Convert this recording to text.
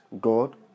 God